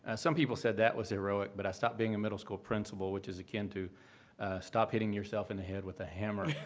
ah some people said that was heroic, but i stopped being a middle school principal, which is akin to stop hitting yourself in the head with a hammer.